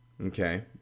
okay